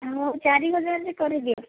ହେଉ ଚାରି ହଜାରରେ କରିଦିଅ